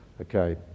Okay